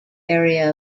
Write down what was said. area